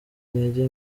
intege